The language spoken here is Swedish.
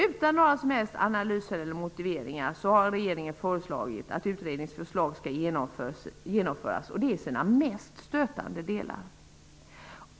Utan några som helst analyser eller motiveringar har regeringen föreslagit att utredningens förslag skall genomföras i sina mest stötande delar.